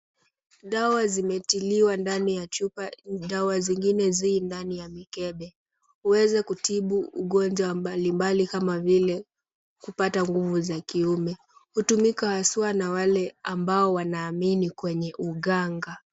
Dawa zimetiliwa ndani ya chupa. Dawa zingine zi ndani ya mikebe. Huweza kutibu ugonjwa mbalimbali kama vile kupata nguvu za kiume. Hutumika haswa na wale ambao wanaamini kwenye uganga.